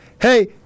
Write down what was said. Hey